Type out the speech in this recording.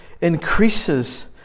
increases